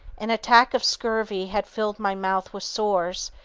an attack of scurvy had filled my mouth with sores,